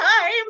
time